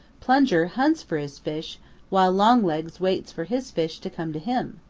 plunger hunts for his fish while longlegs waits for his fish to come to him,